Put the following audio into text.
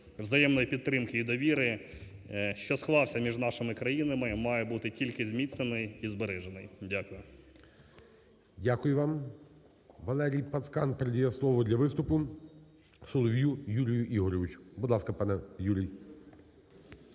взаємної підтримки і довіри, що склався між нашими країнами, має бути тільки зміцнений і збережений. Дякую. ГОЛОВУЮЧИЙ. Дякую вам. Валерій Пацкан передає слово для виступу Солов'ю Юрію Ігоревичу. Будь ласка, пане Юрій.